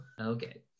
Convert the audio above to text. Okay